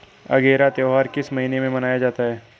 अगेरा त्योहार किस महीने में मनाया जाता है?